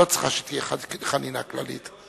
לא צריכה שתהיה חנינה כללית.